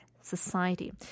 society